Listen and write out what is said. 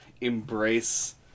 embrace